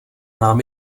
nám